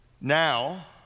Now